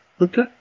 Okay